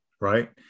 right